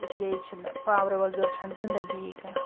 اِسلیے چھِنہٕ پاورٕ وغٲر چھَنہٕ زندگی کانٛہہ